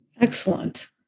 Excellent